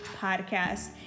podcast